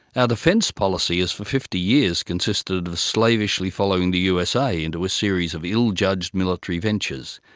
our defence policy has for fifty years consisted of slavishly following the usa into a series of ill-judged military ventures,